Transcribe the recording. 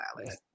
Alex